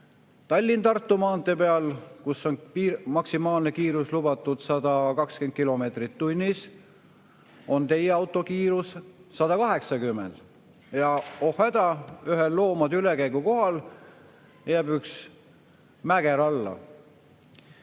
Tallinna–Tartu maantee peal, kus on lubatud maksimaalne kiirus 120 kilomeetrit tunnis, on teie auto kiirus 180. Ja oh häda, ühel loomade ülekäigukohal jääb üks mäger alla.